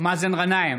מאזן גנאים,